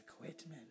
equipment